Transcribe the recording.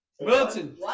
Milton